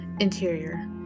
Interior